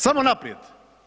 Samo naprijed.